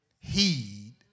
heed